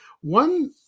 One